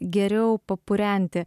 geriau papurenti